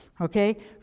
Okay